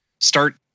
start